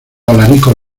alarico